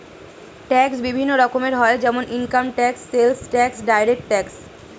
tax বিভিন্ন রকমের হয় যেমন income tax, sales tax, direct tax